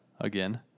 again